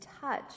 touch